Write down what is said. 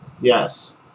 Yes